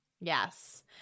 Yes